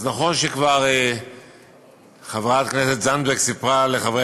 אז נכון שחברת הכנסת זנדברג כבר סיפרה לחברי